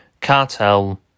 cartel